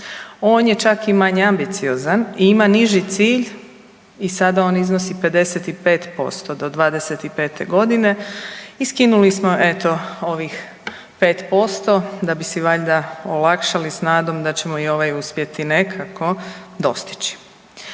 On je čak i manje ambiciozan i ima niži cilj i sada on iznosi 55% do '25.g. i skinuli smo eto ovih 5% da bi si valjda olakšali s nadom da ćemo i ovaj uspjeti nekako dostići.